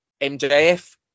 MJF